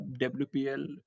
WPL